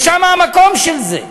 שם המקום של זה.